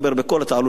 אתה עלול להעיר אותו.